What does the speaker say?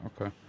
okay